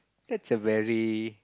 that's a very